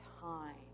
time